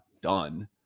done